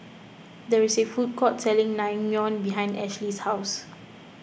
there is a food court selling Naengmyeon behind Ashley's house